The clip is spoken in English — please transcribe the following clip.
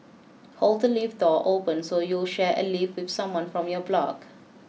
hold the lift door open so you'll share a lift with someone from your block